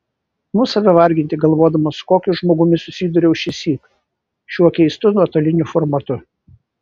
imu save varginti galvodama su kokiu žmogumi susidūriau šįsyk šiuo keistu nuotoliniu formatu